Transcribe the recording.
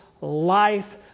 life